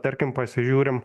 tarkim pasižiūrim